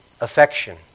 affection